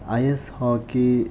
ice hockey